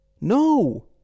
No